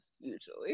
usually